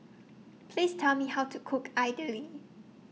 Please Tell Me How to Cook Idly